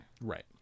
Right